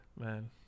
Man